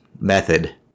method